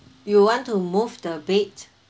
you want to move the bed